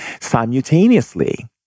simultaneously